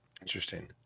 interesting